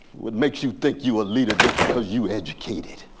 what makes you think you a leader just because you educated?